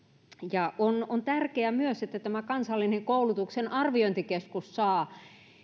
ja on on tärkeää myös että kansallinen koulutuksen arviointikeskus saa